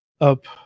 up